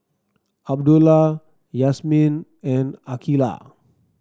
Abdullah Yasmin and Aqilah